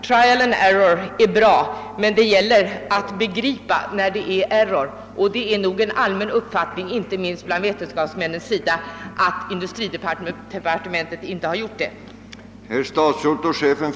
»Trial and error» är bra, men det gäller att begripa när det är error. Det är en allmän uppfattning, inte minst bland vetenskapsmännen, att industridepartementet inte har den saken klar för sig.